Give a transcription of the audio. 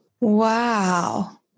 Wow